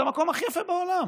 זה המקום הכי יפה בעולם,